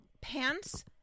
pants